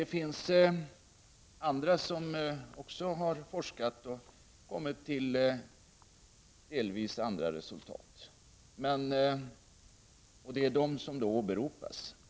Det finns andra som också har forskat och kommit till delvis andra resultat, och det är de som åberopas.